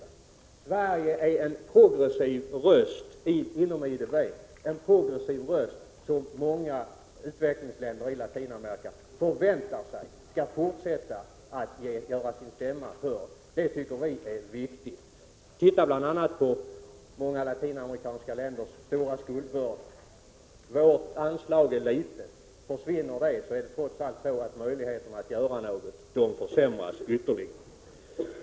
Men Sverige är en progressiv röst inom IDB, och många utvecklingsländer i Latinamerika förväntar sig att Sverige skall fortsätta att göra sin stämma hörd. Det tycker vi är viktigt. Titta bl.a. på många latinamerikanska länders stora skuldbörda. Vårt anslag är litet. Försvinner det, innebär det trots allt att möjligheterna att göra något försämras ytterligare.